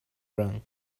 run